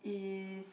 is